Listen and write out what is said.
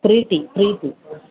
pretty Preethi